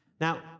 Now